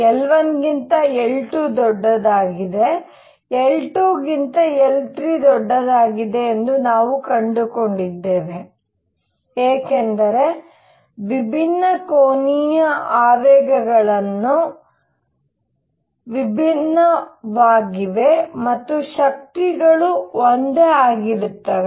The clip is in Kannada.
L1 ಗಿಂತ L2 ದೊಡ್ಡದಾಗಿದೆ L2 ಗಿಂತ L3 ದೊಡ್ಡದಾಗಿದೆ ಎಂದು ನಾವು ಕಂಡುಕೊಂಡಿದ್ದೇವೆ ಏಕೆಂದರೆ ವಿಭಿನ್ನ ಕೋನೀಯ ಆವೇಗಗಳು ವಿಭಿನ್ನವಾಗಿವೆ ಮತ್ತು ಶಕ್ತಿಗಳು ಒಂದೇ ಆಗಿರುತ್ತವೆ